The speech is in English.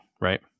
right